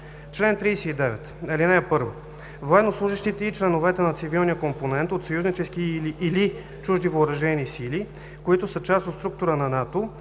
Чл. 39. (1) Военнослужещите и членовете на цивилния компонент от съюзнически или чужди въоръжени сили, които са част от структура на НАТО,